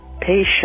patience